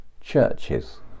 churches